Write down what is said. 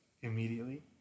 immediately